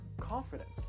confidence